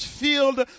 filled